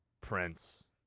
Prince